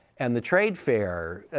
and the trade fair,